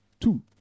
two